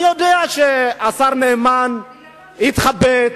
אני יודע שהשר נאמן התלבט,